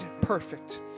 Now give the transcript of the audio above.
perfect